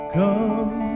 come